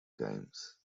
games